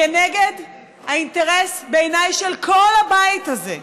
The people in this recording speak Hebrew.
כנגד האינטרס של כל הבית הזה,